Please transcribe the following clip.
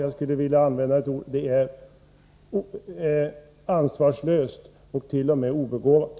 Att göra det vore ansvarslöst — och t.o.m. obegåvat.